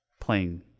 playing